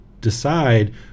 decide